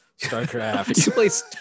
StarCraft